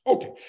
Okay